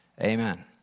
Amen